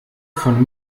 von